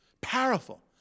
Powerful